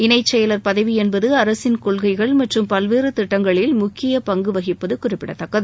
இணை செயல் பதவி என்பது அரசின் கொள்கைகள் மற்றும் பல்வேறு திட்டங்களில் முக்கிய பங்கு வகிப்பது குறிப்பிடத்தக்கது